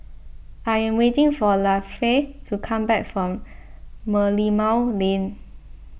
I am waiting for Lafe to come back from Merlimau Lane